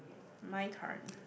my turn